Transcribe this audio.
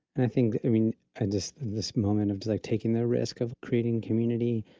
i think i mean, i just this moment of like, taking the risk of creating community.